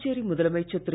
புதுச்சேரி முதலமைச்சர் திரு